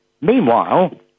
Meanwhile